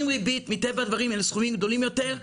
ועם ריבית מטבע הדברים הסכומים גדולים יותר.